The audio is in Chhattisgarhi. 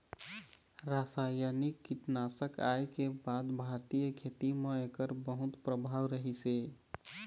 रासायनिक कीटनाशक आए के बाद भारतीय खेती म एकर बहुत प्रभाव रहीसे